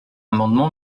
amendement